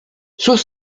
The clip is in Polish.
cóż